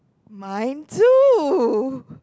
mine too